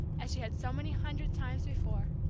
as she had so many hundred times before,